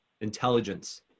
intelligence